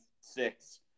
six